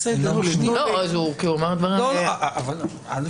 כי הוא אמר דברים לא נכונים.